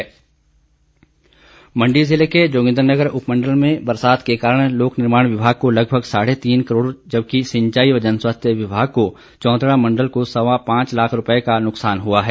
बरसात नुकसान मंडी जिले के जोगिंद्रनगर उपमंडल में बरसात के कारण लोकनिर्माण विभाग को लगभग साढ़े तीन करोड़ जबकि सिंचाई व जनस्वास्थ्य विभाग के चौंतड़ा मंडल को सवा पांच लाख रूपए का नुकसान हुआ है